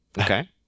Okay